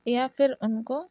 یا پھر ان کو